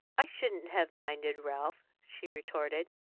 i shouldn't have minded, ralph, she retorted.